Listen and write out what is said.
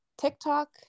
TikTok